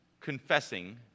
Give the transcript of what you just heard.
confessing